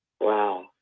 Wow